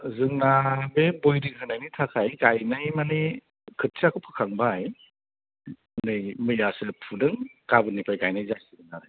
जोंना बे बयरिं होनायनि थाखाय गायनाय माने खोथियाखौ फोखांबाय नै मैयासो फुदों गामोननिफ्राय गायनाय जासिगोन आरो